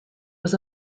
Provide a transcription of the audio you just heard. was